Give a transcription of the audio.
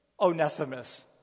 Onesimus